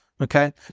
Okay